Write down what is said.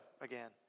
again